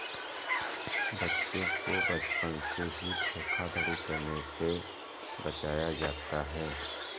बच्चों को बचपन से ही धोखाधड़ी करने से बचाया जाता है